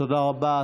תודה רבה.